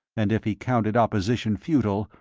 and if he counted opposition futile,